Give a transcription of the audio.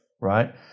right